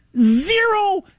Zero